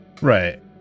right